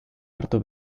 hartu